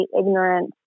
ignorant